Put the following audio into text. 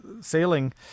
sailing